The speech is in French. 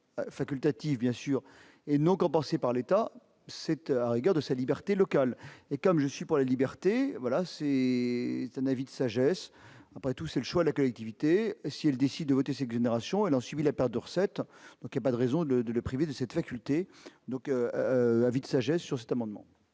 facultative bien sûr et non compensées par l'État, cet arrêt rigueur de sa liberté locale et comme je suis pour la liberté, voilà, c'est un avis de sagesse, après tout, c'est le choix de la collectivité si elle décide de voter, c'est que générations alors suivi la pas de recettes, donc y a pas de raison de de le priver de cette faculté, donc la vie de sagesse sur cet amendement.